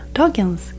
dagens